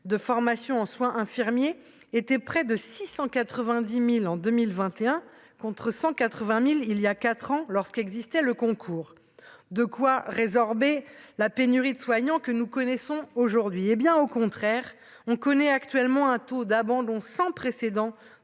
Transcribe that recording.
de formation en soins infirmiers étaient près de 690000 en 2021 contre 180000 il y a 4 ans lorsqu'existait le concours de quoi résorber la pénurie de soignants que nous connaissons aujourd'hui, et bien au contraire, on connaît actuellement un taux d'abandon sans précédent